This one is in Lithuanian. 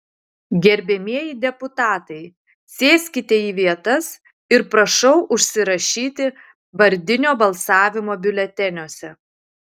gerbiamieji deputatai sėskite į vietas ir prašau užsirašyti vardinio balsavimo biuleteniuose